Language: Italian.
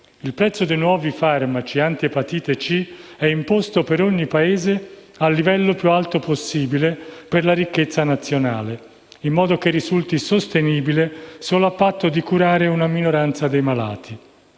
il prezzo dei nuovi farmaci antiepatite C è imposto, per ogni Paese, al livello più alto possibile per la ricchezza nazionale, in modo che risulti sostenibile solo a patto di curare una minoranza dei malati.